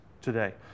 today